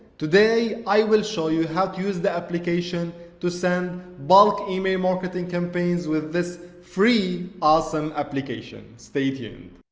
today i will show you how to use the application to send bulk email marketing campaigns with this free awesome application stay tuned!